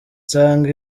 nsanga